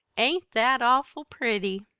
ain't that awful pretty!